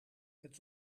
het